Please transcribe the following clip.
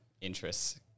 interests